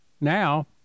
now